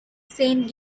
saint